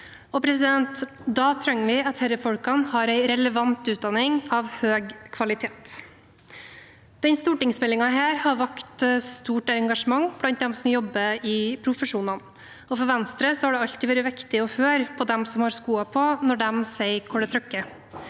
da trenger vi at disse folkene har en relevant utdanning av høy kvalitet. Denne stortingsmeldingen har vakt stort engasjement blant dem som jobber i profesjonene, og for Venstre har det alltid vært viktig å høre på dem som har skoen på, når de sier hvor den trykker.